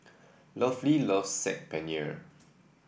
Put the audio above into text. Lovey loves Saag Paneer